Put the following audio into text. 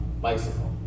bicycle